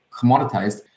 commoditized